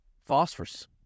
phosphorus